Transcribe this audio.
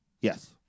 Yes